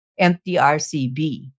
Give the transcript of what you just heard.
MTRCB